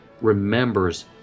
remembers